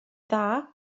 dda